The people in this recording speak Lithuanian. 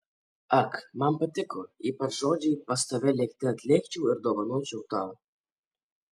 ak man patiko ypač žodžiai pas tave lėkte atlėkčiau ir dovanočiau tau